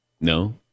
No